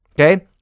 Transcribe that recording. Okay